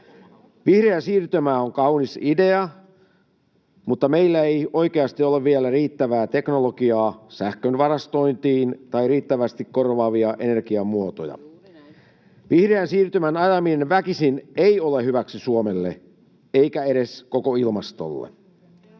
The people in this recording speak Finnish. Vihreä siirtymä on kaunis idea, mutta meillä ei oikeasti ole vielä riittävää teknologiaa sähkön varastointiin tai riittävästi korvaavia energiamuotoja. Vihreän siirtymän ajaminen väkisin ei ole hyväksi Suomelle eikä edes koko ilmastolle.